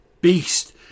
beast